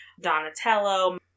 Donatello